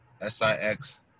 S-I-X